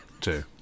Two